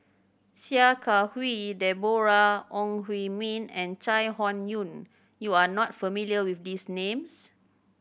Sia Kah Hui Deborah Ong Hui Min and Chai Hon Yoong you are not familiar with these names